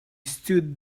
stood